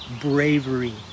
bravery